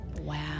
Wow